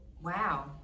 wow